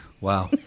Wow